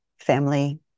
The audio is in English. family